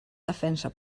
defensa